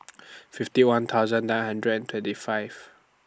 fifty one thousand nine hundred and twenty five